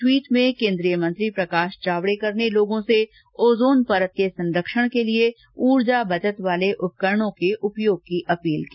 एक ट्वीट में केन्द्रीय मंत्री प्रकाश जावडेकर ने लोगों से ओजोन परत के संरक्षण के लिए ऊर्जा बचत वाले उपकरणों के उपयोग की अपील की